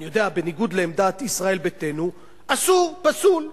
אני יודע, בניגוד לעמדת ישראל ביתנו, אסור, פסול.